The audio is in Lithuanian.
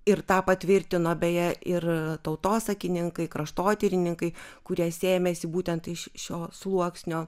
ir tą patvirtino beje ir tautosakininkai kraštotyrininkai kurie sėmėsi būtent iš šio sluoksnio